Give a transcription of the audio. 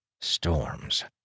Storms